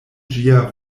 ĝia